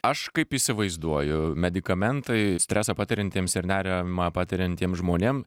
aš kaip įsivaizduoju medikamentai stresą patiriantiems ir nerimą patiriantiems žmonėm